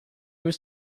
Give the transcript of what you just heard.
was